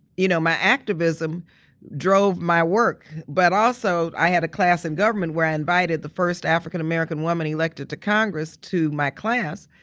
you know my activism drove my work. but also i had a class in government where i invited the first african american woman elected to congress to my class,